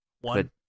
One